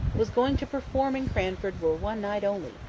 was going to perform in cranford for one night only,